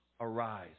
arise